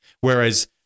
Whereas